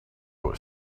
was